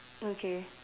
okay